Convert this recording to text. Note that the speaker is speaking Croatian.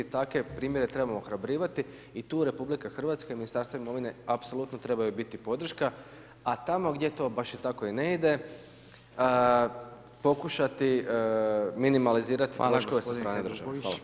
Takve primjere trebamo ohrabrivati i tu RH i Ministarstvo imovine apsolutno trebaju biti podrška, a tamo gdje to baš i tako i ne ide, pokušati minimalizirati troškove sa strane države.